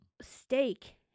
steak